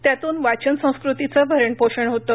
त्यातून वाचन संस्कृतीचं भरण पोषण होतं